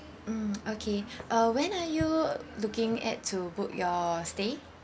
mm okay uh when are you looking at to book your stay